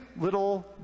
little